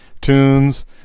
tunes